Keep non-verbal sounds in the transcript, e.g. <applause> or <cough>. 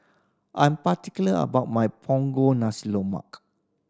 I'm particular about my punggol nasi <unintelligible>